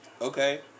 Okay